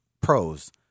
Pros